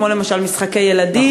כמו למשל משחקי ילדים,